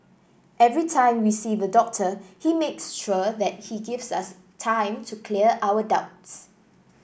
every time we see the doctor he makes sure that he gives us time to clear our doubts